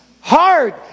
hard